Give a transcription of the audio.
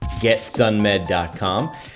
getsunmed.com